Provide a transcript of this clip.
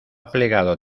plegado